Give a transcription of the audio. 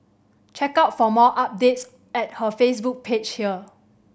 check out for more updates at her Facebook page here